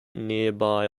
nearby